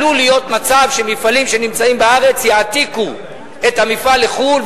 עלול להיות מצב שמפעלים שנמצאים בארץ יעתיקו את המפעל לחוץ-לארץ,